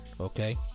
okay